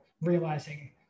realizing